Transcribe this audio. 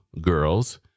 girls